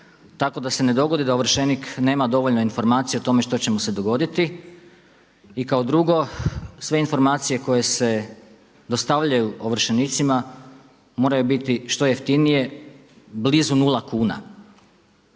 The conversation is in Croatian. tako da se ne dogodi da ovršenik nema dovoljno informacija o tome što će mu se dogoditi. I kao drugo, sve informacije koje se dostavljaju ovršenicima moraju biti što jeftinije, blizu 0 kuna.